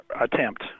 attempt